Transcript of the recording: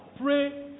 pray